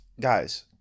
guys